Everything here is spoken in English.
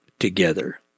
together